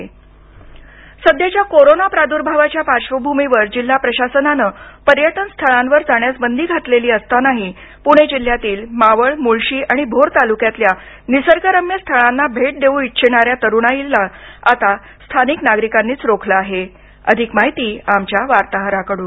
पर्यटन सध्याच्या कोरोना प्रादुर्भावाच्या पार्श्वभूमीवर जिल्हा प्रशासनानं पर्यटन स्थळांवर जाण्यास बंदी घातलेली असतानाही पुणे जिल्ह्यातील मावळ मुळशी आणि भोर तालुक्यातल्या निसर्गरम्य स्थळांना भेट देऊ इच्छिणाऱ्या तरुणाईला आता स्थानिक नागरिकांनीच रोखलं आहे अधिक माहिती आमच्या वार्ताहराकडून